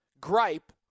gripe